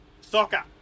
soccer